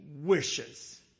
wishes